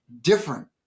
different